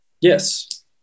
Yes